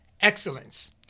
excellence